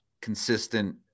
consistent